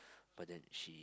but then she